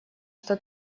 что